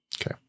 Okay